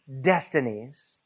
destinies